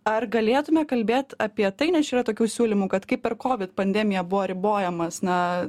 ar galėtume kalbėt apie tai nes čia yra tokių siūlymų kad kaip per covid pandemiją buvo ribojamas na